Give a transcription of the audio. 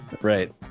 Right